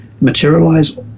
materialize